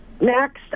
next